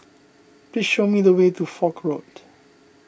please show me the way to Foch Road